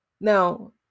Now